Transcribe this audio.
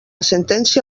sentència